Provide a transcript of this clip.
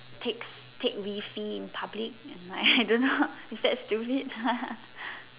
takes take Wefie in public and like I don't know is that stupid